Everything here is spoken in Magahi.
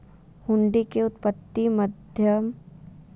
हुंडी के उत्पत्ति मध्य कालीन भारत मे होलय हल